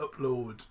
upload